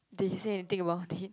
did he say anything about it